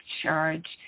charge